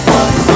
one